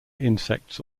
insects